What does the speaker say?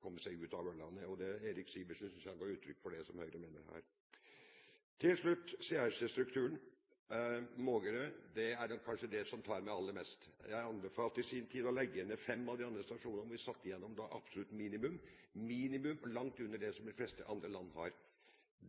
komme seg ut av Ørland, og Eirik Sivertsen ga uttrykk for det som Høyre mener her. Til slutt CRC-strukturen, Mågerø. Det er kanskje det som tar meg aller mest. Jeg anbefalte i sin tid å legge ned fem av de andre stasjonene, og vi satt igjen med absolutt minimum, langt under det som de fleste andre land har.